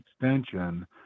extension